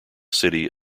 city